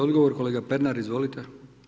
Odgovor, kolega Pernar, izvolite.